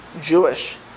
Jewish